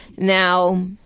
Now